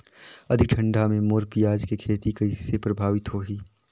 अधिक ठंडा मे मोर पियाज के खेती कइसे प्रभावित होही?